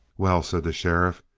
well, said the sheriff,